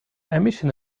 emission